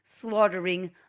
slaughtering